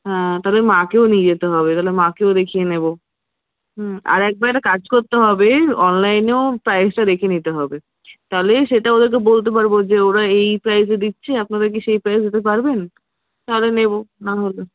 হ্যাঁ তবে মাকেও নিয়ে যেতে হবে তাহলে মাকেও দেখিয়ে নেবো হ্যাঁ আর একবার কাজ করতে হবে অনলাইনেও প্রাইসটাও দেখে নিতে হবে তাহলে সেটা ওদেরকে বলতে পারবো যে ওরা এই প্রাইজে দিচ্ছে আপনারা কি সেই প্রাইজ দিতে পারবেন তাহলে নেবো না হলে